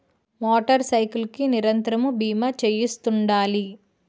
motor cycle కి నిరంతరము బీమా చేయిస్తుండాలి